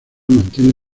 mantiene